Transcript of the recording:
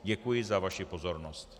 Děkuji za vaši pozornost.